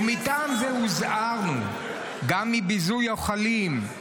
ומטעם זה הוזהרנו מביזוי אוכלים.